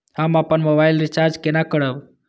हम अपन mobile recharge केना करब?